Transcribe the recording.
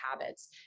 habits